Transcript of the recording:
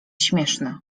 śmieszny